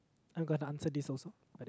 I'm going to answer this also